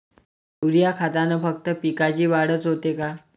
Urea खतानं फक्त पिकाची वाढच होते का?